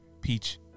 peach